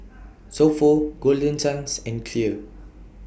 So Pho Golden Chance and Clear